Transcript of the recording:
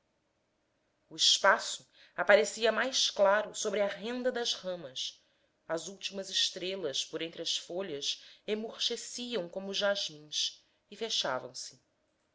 o espaço aparecia mais claro sobre a renda das ramas as últimas estrelas por entre as folhas emurcheciam como jasmins e fechavam-se